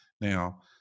Now